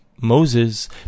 Moses